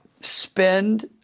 spend